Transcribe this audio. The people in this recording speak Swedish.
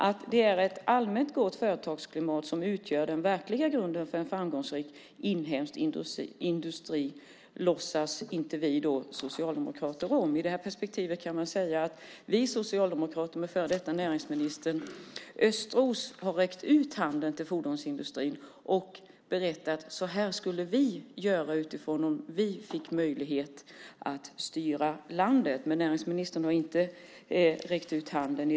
Att det är ett allmänt gott företagsklimat som utgör den verkliga grunden för en framgångsrik inhemsk industri låtsas inte socialdemokraterna om. I det perspektivet kan vi säga att vi socialdemokrater med före detta näringsminister Östros har räckt ut handen till fordonsindustrin och berättat att så här skulle vi göra om vi fick möjlighet att styra landet. Näringsministern har inte räckt ut handen.